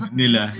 nila